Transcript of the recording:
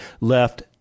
left